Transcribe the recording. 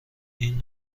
این